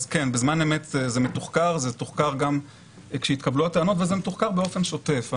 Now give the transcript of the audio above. זה תוחקר גם כשהתקבלו הטענות וזה מתוחקר באופן שוטף.